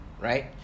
Right